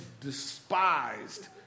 despised